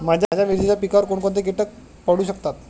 माझ्या मिरचीच्या पिकावर कोण कोणते कीटक पडू शकतात?